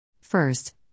First